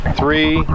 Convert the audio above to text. three